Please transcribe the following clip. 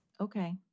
Okay